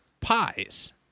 pies